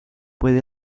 puede